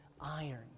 iron